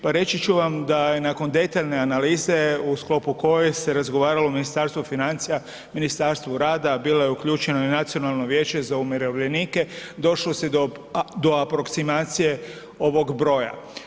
Pa reći ću vam da je nakon detaljne analize u sklopu koje se razgovaralo u Ministarstvu financija, Ministarstvu rada, bilo je uključeno i Nacionalno vijeće za umirovljenike, došlo se do, do aproksimacije ovog broja.